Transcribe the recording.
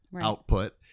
output